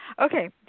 Okay